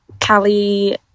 Callie